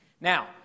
Now